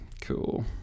cool